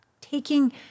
taking